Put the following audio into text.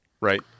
right